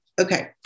Okay